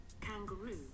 Kangaroo